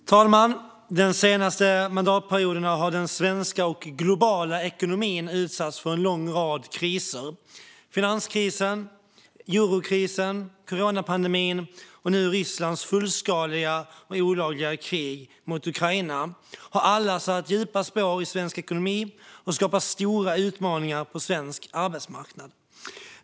Herr talman! De senaste mandatperioderna har den svenska och den globala ekonomin utsatts för en lång rad kriser. Finanskrisen, eurokrisen, coronapandemin och nu Rysslands fullskaliga och olagliga krig mot Ukraina har alla satt djupa spår i svensk ekonomi och skapat stora utmaningar på svensk arbetsmarknad.